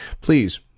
please